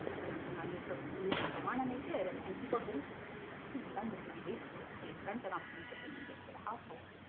like the money for food and so on and they did, and and people didn't didn't and spend this money wastefully. they spent it on things that they needed for the household.